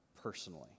personally